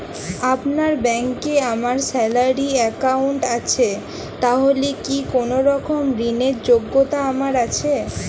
আপনার ব্যাংকে আমার স্যালারি অ্যাকাউন্ট আছে তাহলে কি কোনরকম ঋণ র যোগ্যতা আমার রয়েছে?